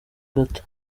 gato